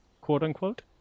quote-unquote